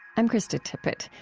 i'm krista tippett.